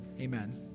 Amen